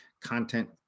content